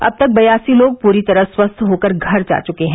अब तक बयासी लोग पूरी तरह स्वस्थ होकर घर जा चुके हैं